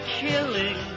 killing